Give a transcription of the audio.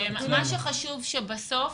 מה שחשוב, שבסוף